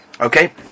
Okay